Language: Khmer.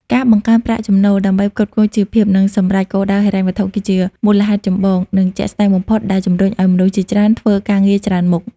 ការបង្កើនប្រាក់ចំណូលដើម្បីផ្គត់ផ្គង់ជីវភាព និងសម្រេចគោលដៅហិរញ្ញវត្ថុ គឺជាមូលហេតុចម្បង និងជាក់ស្តែងបំផុតដែលជំរុញឱ្យមនុស្សជាច្រើនធ្វើការងារច្រើនមុខ។